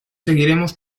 seguiremos